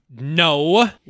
No